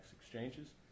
exchanges